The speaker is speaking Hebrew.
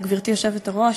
גברתי היושבת-ראש,